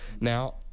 Now